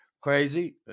crazy